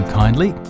kindly